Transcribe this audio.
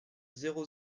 zéro